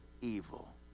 evil